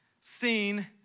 seen